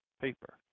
paper